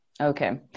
Okay